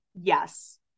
Yes